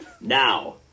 Now